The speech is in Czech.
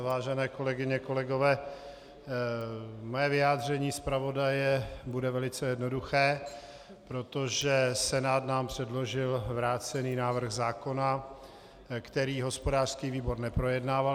Vážené kolegyně, kolegové, mé vyjádření zpravodaje bude velice jednoduché, protože Senát nám předložil vrácený návrh zákona, který hospodářský výbor neprojednával.